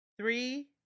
three